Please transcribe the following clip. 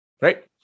Right